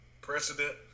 precedent